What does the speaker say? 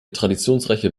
traditionsreiche